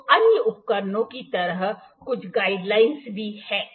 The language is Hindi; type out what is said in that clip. तो अन्य उपकरणों की तरह कुछ गाइड लाइन भी हैं